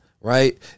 Right